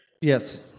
yes